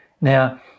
Now